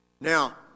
Now